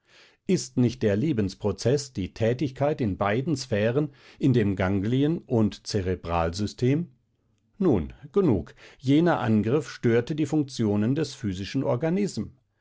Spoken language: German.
ist nicht der lebensprozeß die tätigkeit in beiden sphären in dem ganglien und zerebralsystem nun genug jener angriff störte die funktionen des psychischen organism